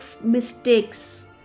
mistakes